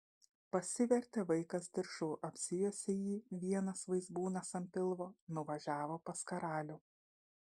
pasivertė vaikas diržu apsijuosė jį vienas vaizbūnas ant pilvo nuvažiavo pas karalių